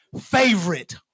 favorite